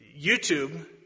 YouTube